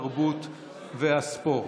התרבות והספורט.